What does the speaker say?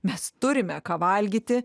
mes turime ką valgyti